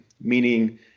meaning